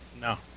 No